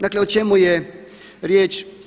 Dakle o čemu je riječ?